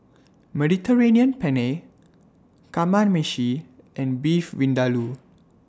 Mediterranean Penne Kamameshi and Beef Vindaloo